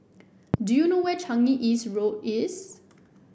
do you know where Changi East Road is